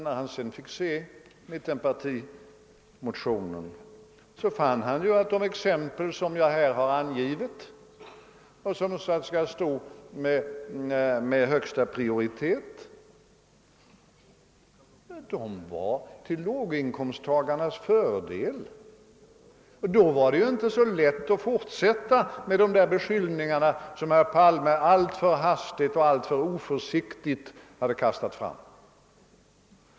När han fick se mittenpartimotionen fann han emellertid att de åtgärder, som jag här excmplifierat och som skulle ha högsta prioritet, var till låginkomsttagarnas fördel. Då var det inte så lätt att fortsätta med dessa beskyllningar som herr Palme alltför hastigt och alltför oförsiktigt hade kastat ut.